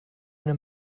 eine